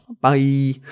Bye